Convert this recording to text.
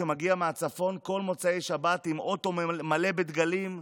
שמגיע מהצפון כל מוצאי שבת עם אוטו מלא בדגלים.